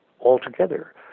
altogether